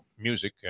music